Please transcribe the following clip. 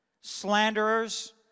slanderers